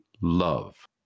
love